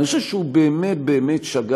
אבל אני חושב שהוא באמת באמת שגה.